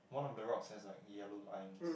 one of the rocks has a yellow lines